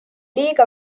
liiga